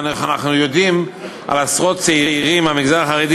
אנחנו יודעים על עשרות צעירים מהמגזר החרדי